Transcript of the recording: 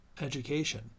education